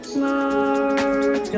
Smart